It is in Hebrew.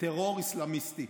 טרור אסלאמיסטי,